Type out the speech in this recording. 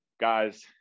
guys